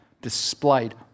displayed